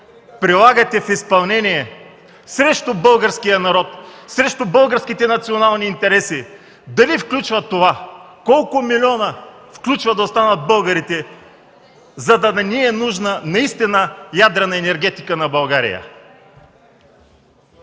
прилагате в изпълнение срещу българския народ, срещу българските национални интереси дали включва това? Колко милиона включва да останат българите, за да не е нужна наистина ядрена енергетика на България?